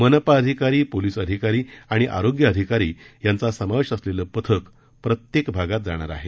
मनपा अधिकारी पोलीस अधिकारी आणि आरोग्य अधिकारी यांचा समावेश असलेलं पथक प्रत्येक भागात जाणार आहेत